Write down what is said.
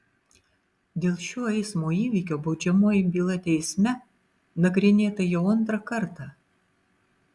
dėl šio eismo įvykio baudžiamoji byla teisme nagrinėta jau antrą kartą